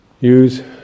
use